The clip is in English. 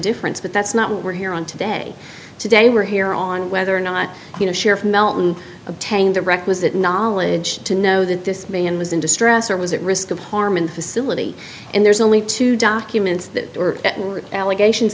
indifference but that's not what we're here on today today we're here on whether or not you know sheriff melton obtained the requisite knowledge to know that this man was in distress or was at risk of harm and facility and there's only two documents that are allegations